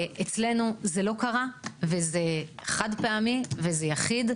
ואצלנו זה לא קרה, וזה חד-פעמי וזה יחיד.